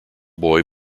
boy